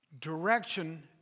Direction